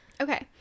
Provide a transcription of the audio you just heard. Okay